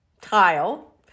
tile